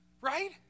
Right